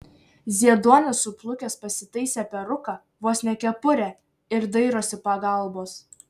zieduonis suplukęs pasitaisė peruką vos ne kepurę ir dairosi pagalbos